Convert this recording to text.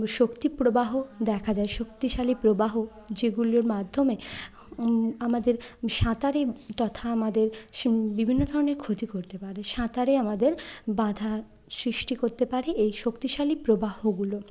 শক্তিপ্রবাহ দেখা যায় শক্তিশালী প্রবাহ যেগুলোর মাধ্যমে আমাদের সাঁতারে তথা আমাদের বিভিন্ন ধরনের ক্ষতি করতে পারে সাঁতারে আমাদের বাধা সৃষ্টি করতে পারে এই শক্তিশালী প্রবাহগুলো